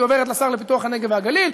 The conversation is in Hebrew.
היא עוברת לשר לפיתוח הנגב והגליל,